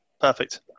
Perfect